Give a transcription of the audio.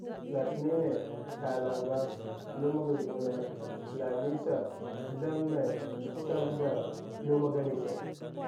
Latinine, talanga, luma ga sz'gune lamisa, thuma, salda luma-ga nisey.